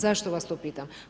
Zašto vas to pitam?